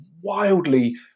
wildly